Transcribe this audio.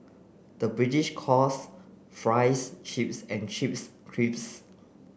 the British calls fries chips and chips crisps